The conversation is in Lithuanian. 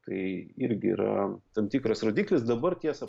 tai irgi yra tam tikras rodiklis dabar tiesa